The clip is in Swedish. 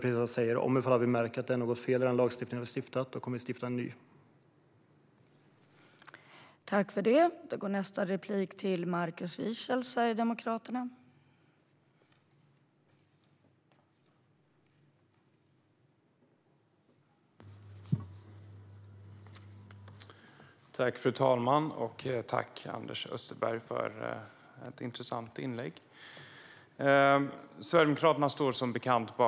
Precis om Yasmine Posio Nilsson säger kommer vi att stifta en ny lagstiftning ifall vi märker att det är något fel i den lagstiftning som vi har stiftat.